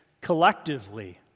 collectively